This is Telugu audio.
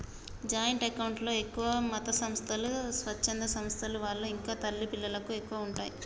జాయింట్ అకౌంట్ లో ఎక్కువగా మతసంస్థలు, స్వచ్ఛంద సంస్థల వాళ్ళు ఇంకా తల్లి పిల్లలకు ఎక్కువగా ఉంటయ్